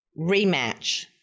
rematch